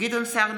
גדעון סער,